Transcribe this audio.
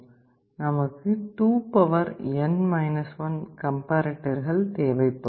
நமக்கு 2n 1 கம்பேர்ரேட்டர்கள் தேவைப்படும்